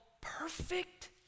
perfect